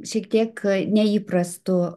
šiek tiek neįprastu